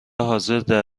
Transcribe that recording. حاضردر